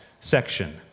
section